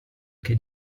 che